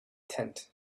tent